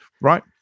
right